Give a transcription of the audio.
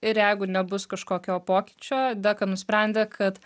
ir jeigu nebus kažkokio pokyčio deka nusprendė kad